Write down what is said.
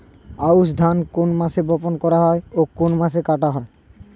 আউস ধান কোন মাসে বপন করা হয় ও কোন মাসে কাটা হয়?